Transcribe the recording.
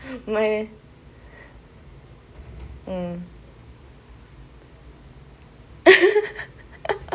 my pl